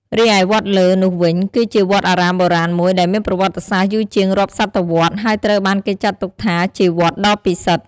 រីឯ វត្តលើ នោះវិញ គឺជាវត្តអារាមបុរាណមួយដែលមានប្រវត្តិសាស្ត្រយូរជាងរាប់សតវត្សរ៍ ហើយត្រូវបានគេចាត់ទុកថាជាវត្តដ៏ពិសិដ្ឋ ។